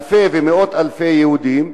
אלפי ומאות אלפי יהודים,